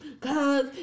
Cause